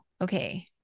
okay